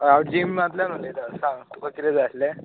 हा हांव जिमांतल्यान उलयता सांग तुका किते जाय आशिल्ले